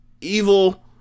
evil